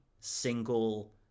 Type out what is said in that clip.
single